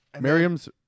Miriam's